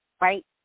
right